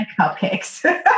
cupcakes